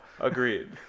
Agreed